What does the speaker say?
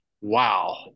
wow